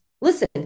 listen